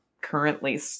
currently